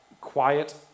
quiet